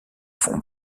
fond